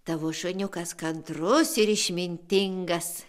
tavo šuniukas kantrus ir išmintingas